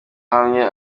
ahamye